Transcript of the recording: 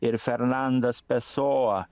ir fernandas pesoa